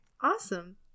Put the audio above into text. Awesome